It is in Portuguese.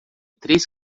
três